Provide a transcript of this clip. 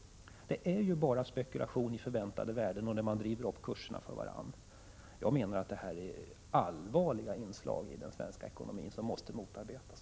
Det handlar ju bara om spekulation i förväntade värden, och man driver upp kurserna för varandra. Jag menar att detta är allvarliga inslag i den svenska ekonomin som måste motarbetas.